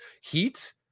Heat